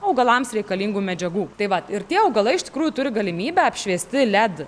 augalams reikalingų medžiagų tai vat ir tie augalai iš tikrųjų turi galimybę apšviesti led